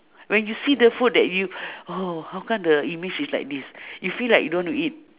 when you see the food that you oh how come the image is like this you feel like you don't want to eat